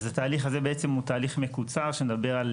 אז התהליך הזה בעצם הוא תהליך מקוצר שמדבר על